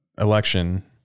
election